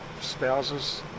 spouses